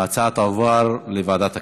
ההצעה תועבר לוועדת הכספים.